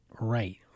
right